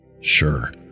Sure